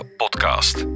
podcast